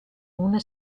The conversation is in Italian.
una